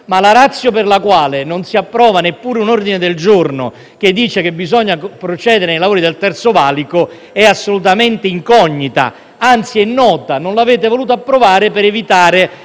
ma la ratio per la quale non si approva neppure un ordine del giorno che dice che bisogna procedere nei lavori del Terzo valico è assolutamente incognita. Anzi, è nota: non avete voluto approvarlo per evitare